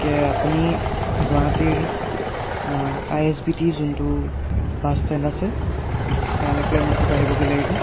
গতিকে আপুনি গুৱাহাটীৰ আই এছ বি টি যোনটো বাছ ষ্টেণ্ড আছে তালৈকে মোক থৈ আহিবগৈ লাগিব